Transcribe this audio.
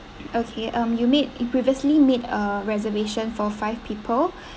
okay um you made you previously made a reservation for five people